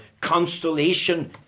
constellation